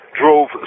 drove